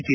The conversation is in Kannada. ಟಿ